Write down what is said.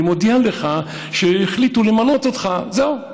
אני מודיע לך שהחליטו למנות אותך, זהו.